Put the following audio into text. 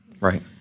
Right